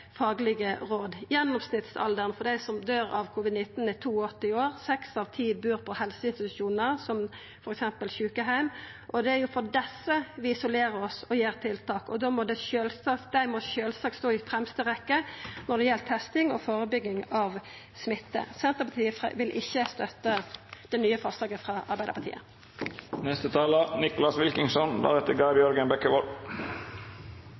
faglege råd. Gjennomsnittsalderen for dei som døyr av covid-19, er 82 år. Seks av ti døyr på helseinstitusjonar som f.eks. sjukeheim. Det er for desse vi isolerer oss og gjer tiltak, og dei må sjølvsagt stå i fremste rekke når det gjeld testing og førebygging av smitte. Senterpartiet vil ikkje støtta det nye forslaget frå